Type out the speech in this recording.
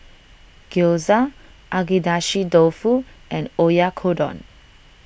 Gyoza Agedashi Dofu and Oyakodon